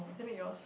isn't it yours